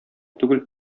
түгел